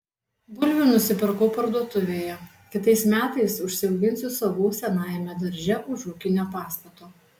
bulvių nusipirkau parduotuvėje kitais metais užsiauginsiu savų senajame darže už ūkinio pastato